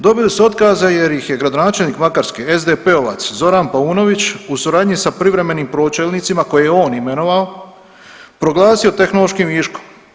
Dobili su otkaze jer ih je gradonačelnik Makarske SDP-ovac Zoran Paunović u suradnju sa privremenim pročelnicima koje je on imenovao, proglasio tehnološkim viškom.